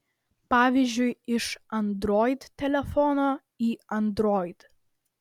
pavyzdžiui iš android telefono į android